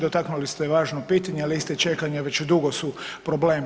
Dotaknuli ste važno pitanje, a liste čekanja već dugo su problem.